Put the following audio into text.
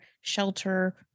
shelter